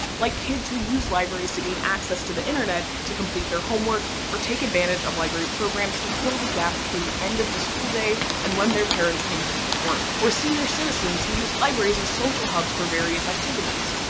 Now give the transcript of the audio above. like kids who use libraries to gain access to the internet to complete their homework, or take advantage of library programs to fill the gap between the end of the school day and when their parents come home from work. or senior citizens who use libraries as social hubs for various activities.